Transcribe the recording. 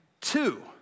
two